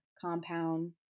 compound